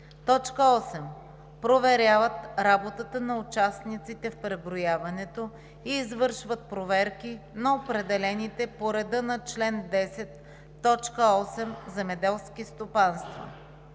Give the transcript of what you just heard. т. 4; 8. проверяват работата на участниците в преброяването и извършват проверки на определените по реда на чл. 10, т. 8 земеделски стопанства;